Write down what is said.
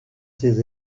ces